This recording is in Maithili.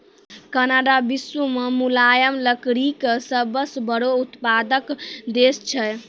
कनाडा विश्व मॅ मुलायम लकड़ी के सबसॅ बड़ो उत्पादक देश छै